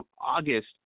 august